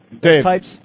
Dave